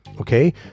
Okay